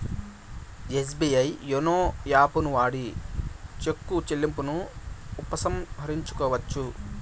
SBI YONO యాపుని వాడి చెక్కు చెల్లింపును ఉపసంహరించుకోవచ్చు